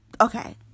okay